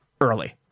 early